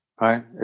Right